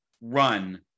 run